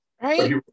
Right